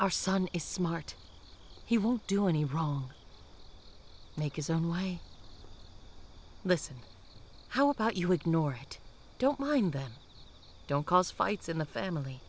our son is smart he won't do any wrong make his own lie listen how about you ignore it don't mind them don't cause fights in the family